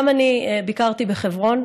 גם אני ביקרתי בחברון.